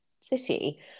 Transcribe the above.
city